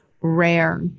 rare